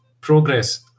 progress